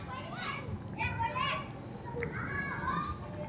ಕಡಿಮಿ ರೊಕ್ಕನ್ಯಾಗ ಬರೇ ಗೊಬ್ಬರ ಹಾಕಿ ಬೇಸಾಯ ಮಾಡಿ, ಕಾಯಿಪಲ್ಯ ಹ್ಯಾಂಗ್ ಬೆಳಿಬೇಕ್?